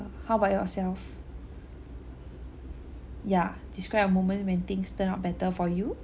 how about yourself yeah describe a moment when things turn out better for you